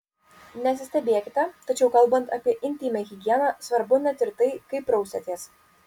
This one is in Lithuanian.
nesistebėkite tačiau kalbant apie intymią higieną svarbu net ir tai kaip prausiatės